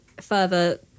further